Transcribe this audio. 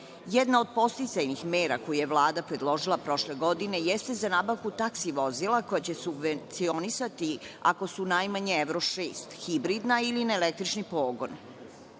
Jedna od podsticajnih mera koju je Vlada predložila prošle godine jeste za nabavku taksi vozila koja će subvencionisati ako su najmanje evro 6 hibridna ili na električni pogon. Ovde